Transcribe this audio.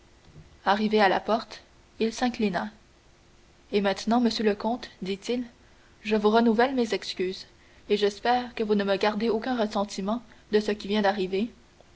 arrivé à la porte il s'inclina et maintenant monsieur le comte dit-il je vous renouvelle mes excuses et j'espère que vous ne me gardez aucun ressentiment de ce qui vient d'arriver